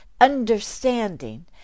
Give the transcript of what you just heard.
understanding